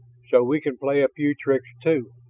so, we can play a few tricks, too.